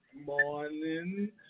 morning